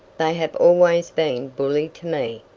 they have always been bully to me,